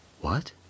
What